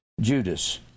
Judas